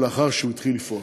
לאחר שהוא התחיל לפעול.